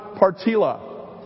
Partila